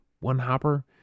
one-hopper